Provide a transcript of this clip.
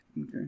Okay